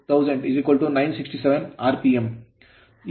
033 1000 967 rpm